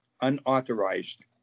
unauthorized